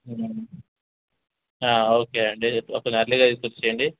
okay అండి ఒకవేళ ఎర్లీగా తీసుకొని వచ్చేయండి